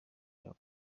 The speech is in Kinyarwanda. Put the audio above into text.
yabo